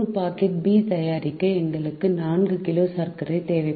ஒரு packet B தயாரிக்க எங்களுக்கு 4 கிலோ சர்க்கரை தேவை